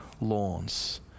lawns